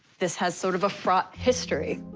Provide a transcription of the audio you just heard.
this has sort of a fraught history.